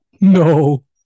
no